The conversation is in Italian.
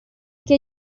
che